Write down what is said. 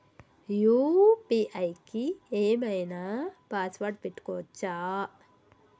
UPI కి ఏం ఐనా పాస్వర్డ్ పెట్టుకోవచ్చా?